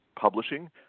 Publishing